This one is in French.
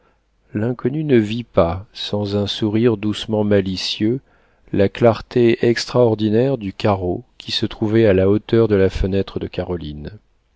l'inconnu ne vit pas sans un sourire doucement malicieux la clarté extraordinaire du carreau qui se trouvait à la hauteur de la tête de caroline